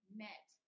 met